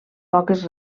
poques